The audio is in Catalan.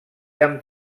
amb